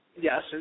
Yes